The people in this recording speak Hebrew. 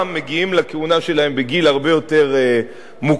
מגיעים לכהונה שלהם בגיל הרבה יותר מוקדם,